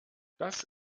das